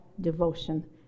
devotion